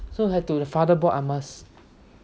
so have to father board I must